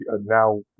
now